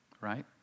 right